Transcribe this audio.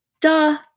Duh